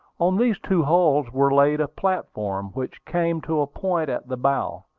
on these two hulls were laid a platform, which came to a point at the bow,